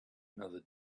another